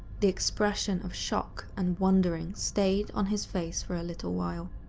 the expression of shock and wondering stayed on his face for a little while.